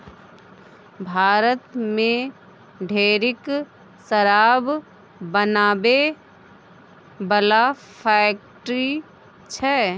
भारत मे ढेरिक शराब बनाबै बला फैक्ट्री छै